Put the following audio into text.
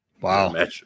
Wow